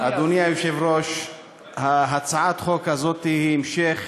אדוני היושב-ראש, הצעת החוק הזאת היא המשך